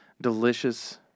delicious